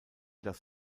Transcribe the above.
das